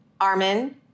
Armin